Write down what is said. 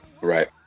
Right